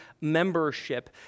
membership